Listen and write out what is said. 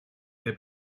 der